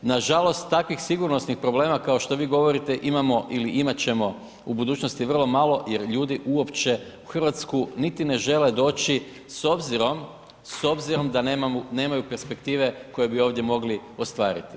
Nažalost, takvih sigurnosnih problema, kao što vi govorite imamo ili imat ćemo u budućnosti vrlo malo jer ljudi uopće u Hrvatsku niti ne žele doći, s obzirom da nemaju perspektive koju bi ovdje mogli ostvariti.